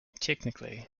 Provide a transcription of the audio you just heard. technically